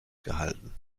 gehalten